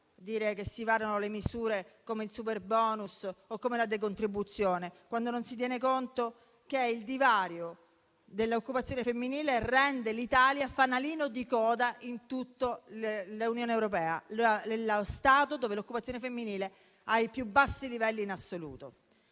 dire che si varano misure come il superbonus o come la decontribuzione quando non si tiene conto del fatto che il divario dell'occupazione femminile rende l'Italia fanalino di coda in tutta l'Unione europea: l'Italia è il Paese dove l'occupazione femminile è ai livelli più bassi in assoluto.